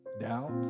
Doubt